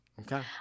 okay